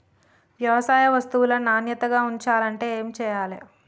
వ్యవసాయ వస్తువులను నాణ్యతగా ఉంచాలంటే ఏమి చెయ్యాలే?